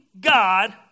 God